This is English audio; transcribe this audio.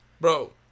Bro